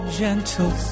gentle